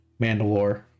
Mandalore